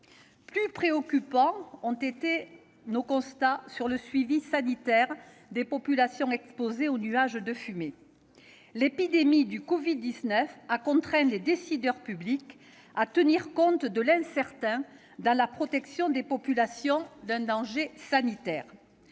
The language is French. Plus préoccupants ont été nos constats sur le suivi sanitaire des populations exposées au nuage de fumée. L'épidémie de covid-19 a contraint les décideurs publics à tenir compte de l'incertain dans la protection des populations d'un danger sanitaire.